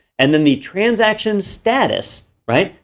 and then the transaction status, right?